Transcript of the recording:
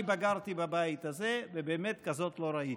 בגרתי בבית הזה ובאמת כזאת לא ראיתי.